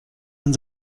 ein